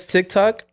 TikTok